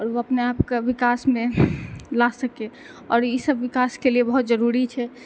आओर ओ अपने आपके विकासमे ला सकै आओर ई सब विकासके लिए बहुत जरूरी छै